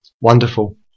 Wonderful